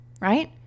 Right